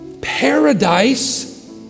Paradise